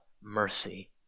mercy